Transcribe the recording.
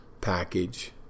package